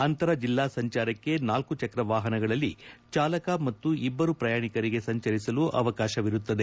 ಅಂತರ ಜಿಲ್ಲಾ ಸಂಚಾರಕ್ಕೆ ನಾಲ್ಕು ಚಕ್ರ ವಾಹನಗಳಲ್ಲಿ ಚಾಲಕ ಮತ್ತು ಇಬ್ಬರು ಪ್ರಯಾಣಿಕರಿಗೆ ಸಂಚರಿಸಲು ಅವಕಾಶವಿರುತ್ತದೆ